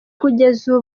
kugeza